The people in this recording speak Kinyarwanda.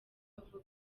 avuga